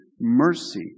mercy